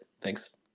Thanks